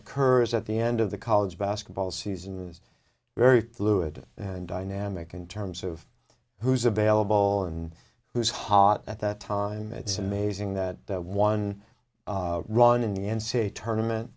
occurs at the end of the college basketball season is very fluid and dynamic in terms of who's available and who's hot at that time it's amazing that that one run in the n c a a tournament